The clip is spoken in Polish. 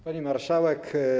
Pani Marszałek!